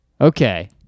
Okay